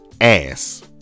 ass